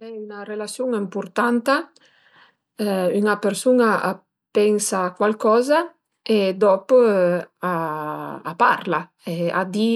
Al e 'na relasiun impurtanta, üna persun-a a pensa cualcoza e dop a a parla e a di